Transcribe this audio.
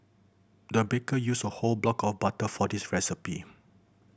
the baker used a whole block of butter for this recipe